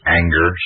anger